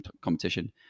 competition